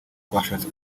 twashatse